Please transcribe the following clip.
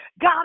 God